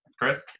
Chris